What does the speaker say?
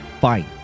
fine